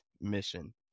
mission